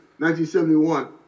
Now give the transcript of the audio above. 1971